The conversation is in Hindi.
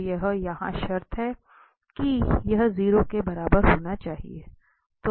तो यह यहाँ शर्त है कि यह 0 के बराबर होना चाहिए